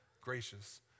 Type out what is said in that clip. gracious